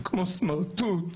כמו סמרטוט.